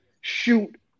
shoot